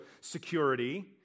security